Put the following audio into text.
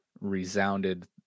resounded